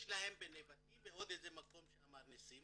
יש להם בנבטים ועוד איזה מקום שאמר ניסים